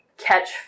catch